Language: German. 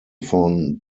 von